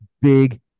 big